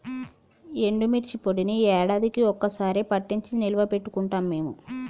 ఎండుమిర్చి పొడిని యాడాదికీ ఒక్క సారె పట్టించి నిల్వ పెట్టుకుంటాం మేము